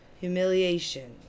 humiliation